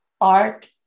art